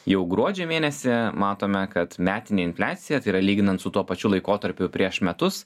jau gruodžio mėnesį matome kad metinė infliacija tai yra lyginant su tuo pačiu laikotarpiu prieš metus